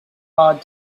hard